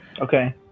okay